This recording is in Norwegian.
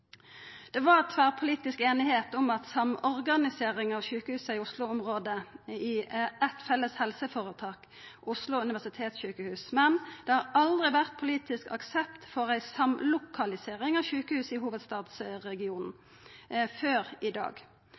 Det var tverrpolitisk einigheit om samorganisering av sjukehusa i Oslo-området i eitt felles helseføretak, Oslo universitetssjukehus. Men det har aldri vore politisk aksept for ei samlokalisering av sjukehus i hovudstadsregionen før i dag.